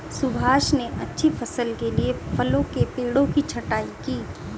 सुभाष ने अच्छी फसल के लिए फलों के पेड़ों की छंटाई की